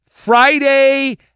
Friday